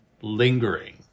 lingering